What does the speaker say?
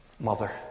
Mother